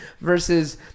versus